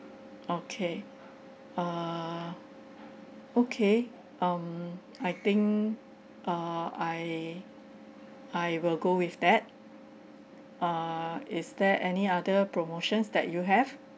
okay err okay um I think err I I will go with that err is there any other promotions that you have